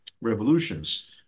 revolutions